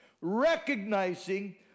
recognizing